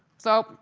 so,